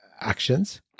actions